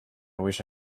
wish